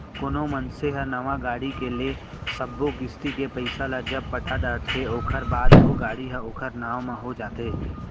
कोनो मनसे ह नवा गाड़ी के ले सब्बो किस्ती के पइसा ल जब पटा डरथे ओखर बाद ओ गाड़ी ह ओखर नांव म हो जाथे